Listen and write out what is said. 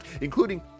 including